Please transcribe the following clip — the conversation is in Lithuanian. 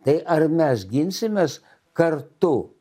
tai ar mes ginsimės kartu